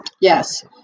Yes